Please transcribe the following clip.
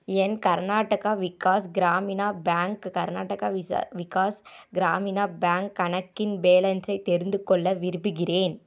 என் Karnataka Vikas Grameena bank Karnataka Vikas Grameena bank கணக்கின் பேலன்ஸை தெரிந்துகொள்ள விரும்புகிறேன்